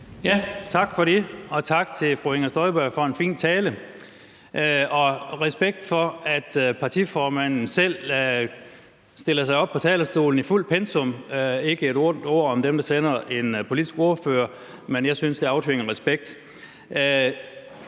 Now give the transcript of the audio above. Tak for det, og tak til fru Inger Støjberg for en fin tale. Respekt for, at partiformanden selv stiller sig op på talerstolen i fuldt pensum. Ikke et ondt ord om dem, der sender en politisk ordfører, men jeg synes, det aftvinger respekt.